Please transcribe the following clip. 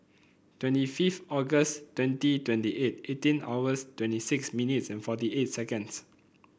twenty fifth August twenty twenty eight eighteen hours twenty six minutes and forty eight seconds